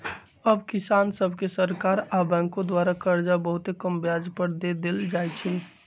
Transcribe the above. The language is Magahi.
अब किसान सभके सरकार आऽ बैंकों द्वारा करजा बहुते कम ब्याज पर दे देल जाइ छइ